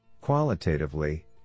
Qualitatively